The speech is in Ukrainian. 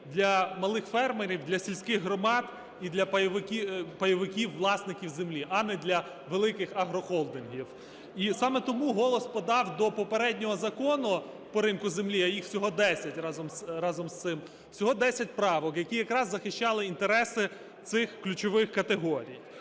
для малих фермерів, для сільських громад і для пайовиків власників землі, а не для великих агрохолдингів. І саме тому "Голос" подав до попереднього закону по ринку землі, а їх всього 10 разом з цим, всього 10 правок, які якраз захищали інтереси цих ключових категорій.